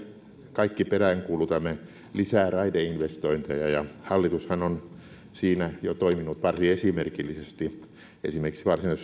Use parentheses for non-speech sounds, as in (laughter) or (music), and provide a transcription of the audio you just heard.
kaikki peräänkuulutamme lisää raideinvestointeja ja hallitushan on siinä jo toiminut varsin esimerkillisesti esimerkiksi varsinais (unintelligible)